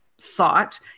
thought